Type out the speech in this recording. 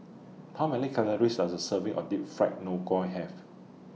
How Many Calories Does A Serving of Deep Fried Have